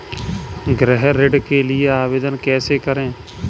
गृह ऋण के लिए आवेदन कैसे करें?